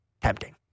tempting